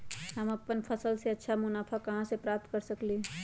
हम अपन फसल से अच्छा मुनाफा कहाँ से प्राप्त कर सकलियै ह?